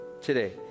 today